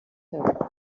him